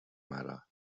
matter